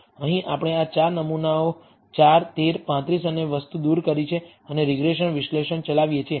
અહીં આપણે આ 4 નમૂનાઓ 4 13 35 અને વસ્તુ દૂર કરી છે અને રીગ્રેસન વિશ્લેષણ ચલાવીએ છીએ